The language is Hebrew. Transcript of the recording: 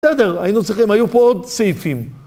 בסדר, היינו צריכים, היו פה עוד סעיפים.